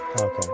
Okay